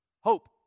Hope